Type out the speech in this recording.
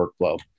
workflow